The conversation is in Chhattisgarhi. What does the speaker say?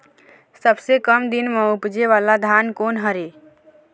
सबसे कम दिन म उपजे वाला धान कोन हर ये?